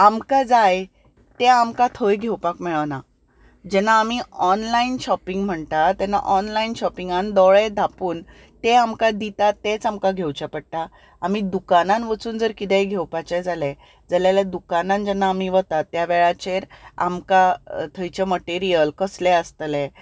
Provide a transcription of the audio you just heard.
आमकां जाय तें आमकां थंय घेवपाक मेळना जेन्ना आमी ऑनलायन शॉपिंग म्हणटा तेन्ना ऑनलायन शॉपिंगान दोळे धांपून ते आमकां दितात तेंच आमकां घेवचें पडटा आमी दुकानांत वचून जर कितेंय घेवपाचें जालें जालें जाल्यार दुकानांत जेन्ना आमी वतात त्या वेळाचेर आमकां थंयचें मटिरियल कसलें आसतलें